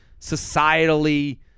societally